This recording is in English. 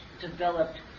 developed